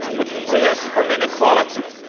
would free us from inequality.